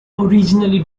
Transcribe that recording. originally